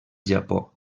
japó